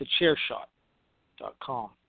thechairshot.com